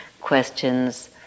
Questions